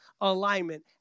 alignment